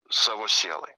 savo sielai